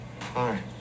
hi